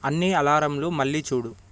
అన్ని అలారంలు మళ్ళీ చూడు